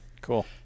Cool